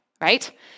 right